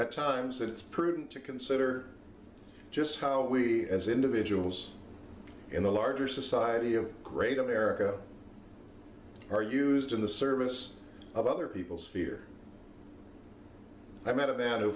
at times that it's prudent to consider just how we as individuals in the larger society of great america are used in the service of other people's fear i met a man who